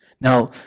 Now